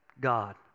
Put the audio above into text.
God